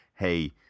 hey